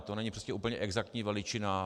To není prostě úplně exaktní veličina.